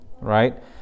right